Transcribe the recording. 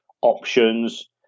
options